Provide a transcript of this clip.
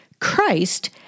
Christ—